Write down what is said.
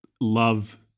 love